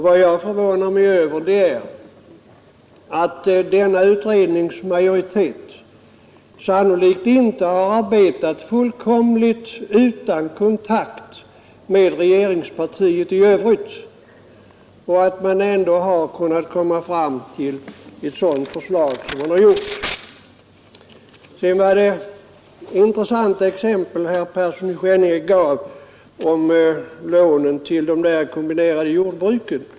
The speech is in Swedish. Vad jag förvånar mig över är om denna utrednings majoritet arbetat fullkomligt utan kontakt med regeringspartiet i övrigt och därför har kunnat komma fram till ett sådant förslag som man gjort. Det var intressanta uppgifter herr Persson i Skänninge gav när det gäller lånen till de kombinerade jordbruken.